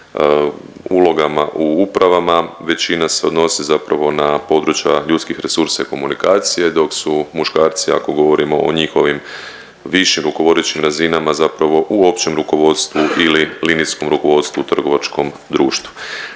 ulogama u upravama, većina se odnosi zapravo na područja ljudskih resursa i komunikacije dok su muškarci ako govorimo o njihovim višim rukovodećim razinama zapravo u općem rukovodstvu ili linijskom rukovodstvu u trgovačkom društvu.